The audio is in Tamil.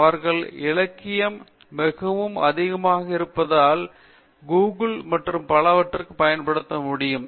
அவர்கள் இலக்கியம் மிகவும் அதிகமாக இருப்பதால் கூகிள் மற்றும் பலவற்றை பயன்படுத்த முடியும்